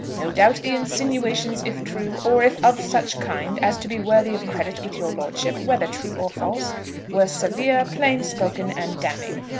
no doubt the insinuations, if true or if of such kind as to be worthy of credit with your lordship, whether true or false were severe, plain-spoken, and damning.